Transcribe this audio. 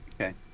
Okay